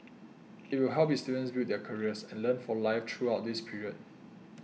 it will help its students build their careers and learn for life throughout this period